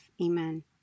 Amen